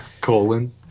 Colon